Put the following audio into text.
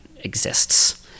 exists